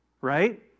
Right